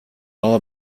all